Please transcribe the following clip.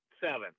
seven